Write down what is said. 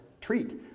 treat